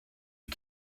you